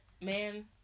Man